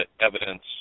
evidence